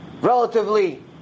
relatively